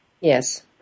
Yes